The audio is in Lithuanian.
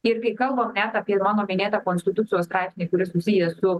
ir kai kalbame apie mano minėtą konstitucijos straipsnį kuris susijęs su